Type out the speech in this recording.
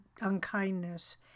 unkindness